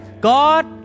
God